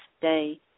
day